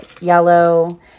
Yellow